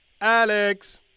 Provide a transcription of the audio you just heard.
Alex